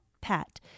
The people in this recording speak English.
Pat